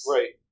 Right